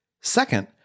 Second